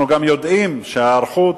אנחנו גם יודעים שההיערכות,